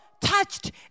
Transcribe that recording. touched